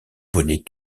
bonnet